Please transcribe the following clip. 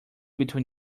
between